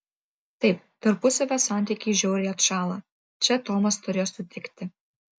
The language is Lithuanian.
taip tarpusavio santykiai žiauriai atšąla čia tomas turėjo sutikti